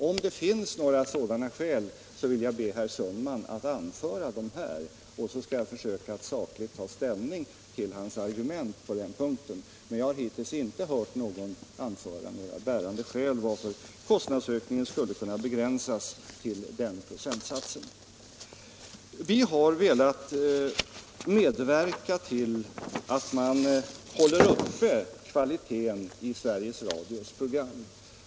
Om det finns några sådana skäl ber jag herr Sundman att framföra dem här, så att jag kan försöka att sakligt ta ställning till hans argument på den punkten, men jag har hittills inte hört någon anföra några bärande skäl för att kostnadsökningen skulle kunna begränsas till den procentsatsen. Vi har velat medverka till att kvaliteten hålls uppe i Sveriges Radios program.